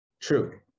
True